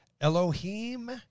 Elohim